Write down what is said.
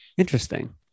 interesting